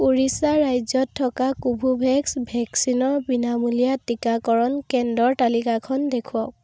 উৰিষ্যা ৰাজ্যত থকা কোভোভেক্স ভেকচিনৰ বিনামূলীয়া টিকাকৰণ কেন্দ্ৰৰ তালিকাখন দেখুৱাওক